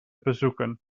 bezoeken